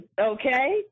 okay